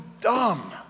dumb